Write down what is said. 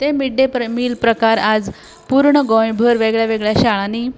तें mid day meal प्रकार आज पुर्ण गोंयभर वेगळ्या वेगळ्या शाळांनी